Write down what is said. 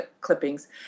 clippings